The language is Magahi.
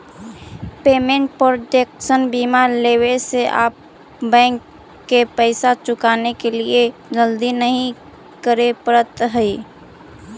पेमेंट प्रोटेक्शन बीमा लेवे से आप बैंक के पैसा चुकाने के लिए जल्दी नहीं करे पड़त हई